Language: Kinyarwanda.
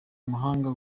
amahanga